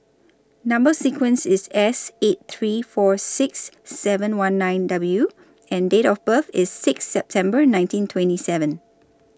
Number sequence IS S eight three four six seven one nine W and Date of birth IS Sixth September nineteen twenty seven